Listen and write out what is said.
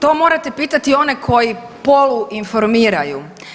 To morate pitati one koji polu informiraju.